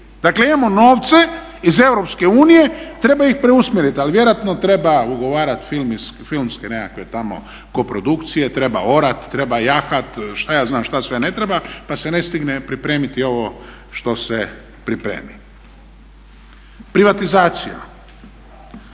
Dakle imamo novce iz Europske unije, treba ih preusmjerit, ali vjerojatno treba ugovarat filmske nekakve tamo koprodukcije, treba orat, treba jahat, šta ja znam šta sve ne treba, pa se ne stigne pripremiti ovo što se pripremi. Privatizacija.